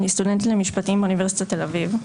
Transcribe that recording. אני סטודנטית למשפטים באוניברסיטת תל אביב.